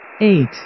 eight